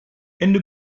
ende